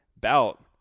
bout